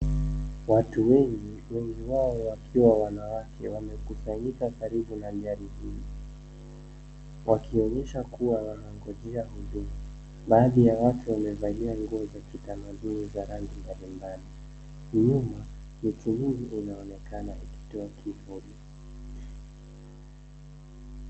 Watu wengi, wengi wao wakiwa wanawake wamekusanyika karibu na gari hili wakionyesha kuwa wanangojea huduma. Baadhi ya watu wamevalia nguo za kitamaduni za rangi mbalimbali. Nyuma miti mingi inaonekana ikitoa kivuli.